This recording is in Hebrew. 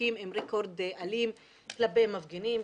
החוקים עם רקורד אלים כלפי מפגינים,